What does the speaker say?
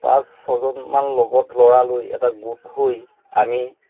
পাঁচ ছজনমান লগত ল'ৰা লৈ এটা গোট হৈ আমি